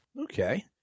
Okay